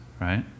right